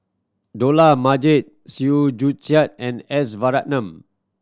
Dollah Majid Chew Joo Chiat and S Varathan